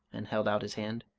and held out his hand.